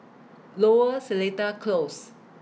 Lower Seletar Close